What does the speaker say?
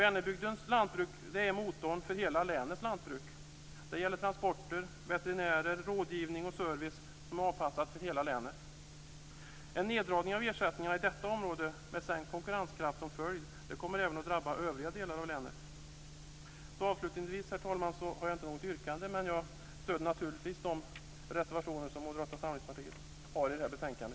Vänerbygdens lantbruk är motorn för hela länets lantbruk. Försörjningen när det gäller transporter, veterinärer, rådgivning och service är avpassad för hela länet. En neddragning av ersättningarna i detta område, med sänkt konkurrenskraft som följd, kommer även att drabba övriga delar av länet. Jag vill avslutningsvis, herr talman, säga att jag inte har något yrkande, men jag stöder naturligtvis de reservationer som Moderata samlingspartiet har avgivit i detta betänkande.